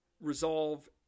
resolve